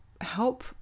help